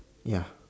ya